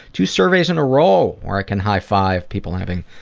two surveys in a row where i can high five people having